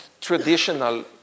traditional